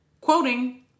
quoting